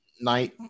night